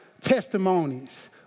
testimonies